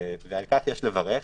ועל כך יש לברך,